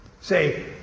Say